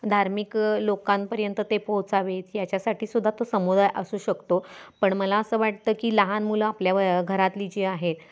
धार्मिक लोकांपर्यंत ते पोहोचावे याच्यासाठीसुद्धा तो समुदाय असू शकतो पण मला असं वाटतं की लहान मुलं आपल्या घरातली जे आहेत